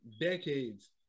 decades